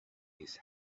his